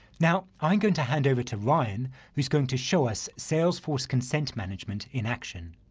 now i'm going to handover to ryan who is going to show us salesforce consent management in action.